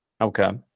Okay